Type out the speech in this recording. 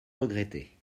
regretter